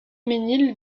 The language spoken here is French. mesnil